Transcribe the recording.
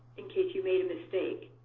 in case you made a mistake.